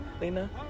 Lena